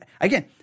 again